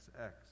XX